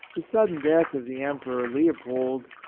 sudden death of the emperor leo pold,